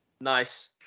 nice